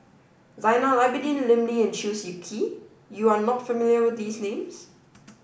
Zainal Abidin Lim Lee and Chew Swee Kee you are not familiar with these names